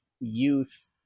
youth